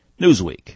Newsweek